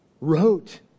wrote